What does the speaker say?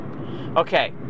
Okay